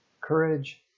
courage